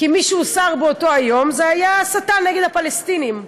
כי מי שהוסר באותו היום היו המסיתים נגד הפלסטינים.